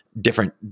different